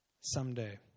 someday